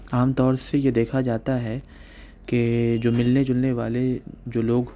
عام طور سے یہ دیکھا جاتا ہے کہ جو مِلنے جلنے والے جو لوگ